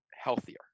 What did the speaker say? healthier